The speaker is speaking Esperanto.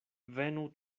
venu